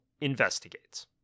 investigates